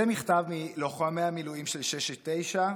זה מכתב מלוחמי המילואים של 669: